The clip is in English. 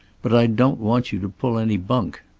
but i don't want you to pull any bunk.